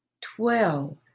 twelve